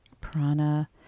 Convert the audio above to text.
Prana